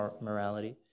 morality